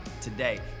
today